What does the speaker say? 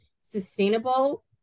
sustainable